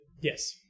Yes